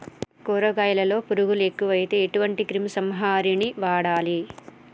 కూరగాయలలో పురుగులు ఎక్కువైతే ఎటువంటి క్రిమి సంహారిణి వాడాలి?